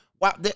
Wow